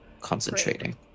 Concentrating